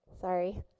Sorry